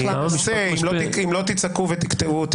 אני אנסה, אם לא תצעקו ותקטעו אותי.